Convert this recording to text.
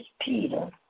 Peter